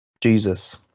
Jesus